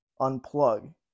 unplug